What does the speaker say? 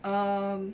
mm